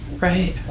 Right